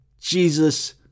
Jesus